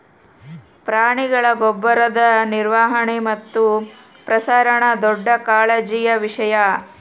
ಪ್ರಾಣಿಗಳ ಗೊಬ್ಬರದ ನಿರ್ವಹಣೆ ಮತ್ತು ಪ್ರಸರಣ ದೊಡ್ಡ ಕಾಳಜಿಯ ವಿಷಯ